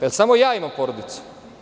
Da li samo ja imam porodicu?